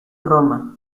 roma